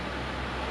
sort of okay